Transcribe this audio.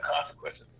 consequences